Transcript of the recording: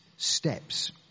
Steps